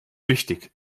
wichtig